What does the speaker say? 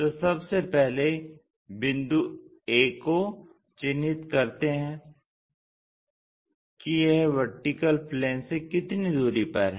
तो सबसे पहले बिंदु a को चिन्हित करते हैं कि यह VP से कितनी दूरी पर है